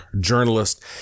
journalist